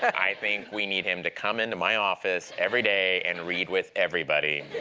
i think we need him to come into my office every day and read with everybody.